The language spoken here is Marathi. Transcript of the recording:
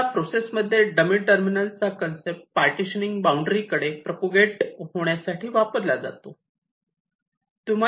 या प्रोसेस मध्ये डमी टर्मिनल चा कन्सेप्ट पार्टीशनिंग बाउंड्री कडे प्रपोगेट होण्यासाठी वापरला जातो